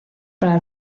para